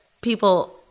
people